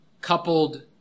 Coupled